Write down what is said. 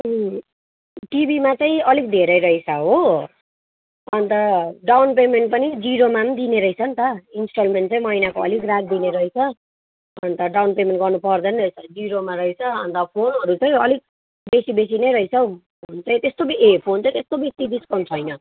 अँ टिभीमा चाहिँ अलिक धेरै रहेछ हो अन्त डाउन पेमेन्ट पनि जिरोमा पनि दिने रहेछ नि त इन्सटलमेन्ट चाहिँ महिनाको अलिक राखिदिने रहेछ अन्त डाउन पेमेन्ट गर्नुपर्दैन रहेछ जिरोमा रहेछ अन्त फोनहरू चाहिँ अलिक बेसी बेसी नै रहेछ हौ फोन चाहिँ त्यस्तो बेसी ए फोन चाहिँ त्यस्तो बेसी डिस्काउन्ट छैन